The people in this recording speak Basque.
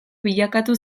bilakatu